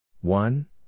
One